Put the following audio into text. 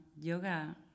yoga